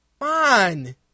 on